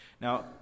Now